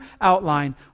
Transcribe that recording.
outline